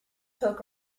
poke